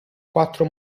quattro